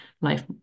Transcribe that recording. life